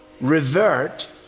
revert